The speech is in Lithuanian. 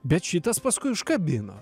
bet šitas paskui užkabino